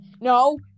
No